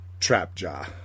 Trapjaw